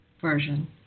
version